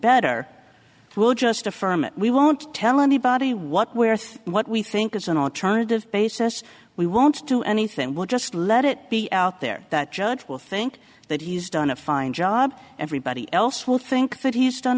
better we'll just affirm it we won't tell anybody what we're think what we think is an alternative basis we won't do anything we'll just let it be out there that judge will think that he's done a fine job everybody else will think that he's done